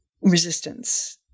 resistance